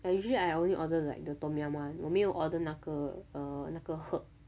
I usually I only order like the tom yum one 我没有 order 那个 err 那个 herb